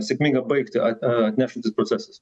sėkmingą baigtį atnešantis procesas